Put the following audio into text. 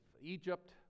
Egypt